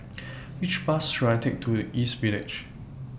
Which Bus should I Take to East Village